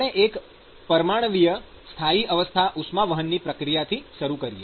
આપણે એક પરિમાણિક સ્થાયી અવસ્થા ઉષ્માવહનની પ્રક્રિયાથી શરૂ કરીએ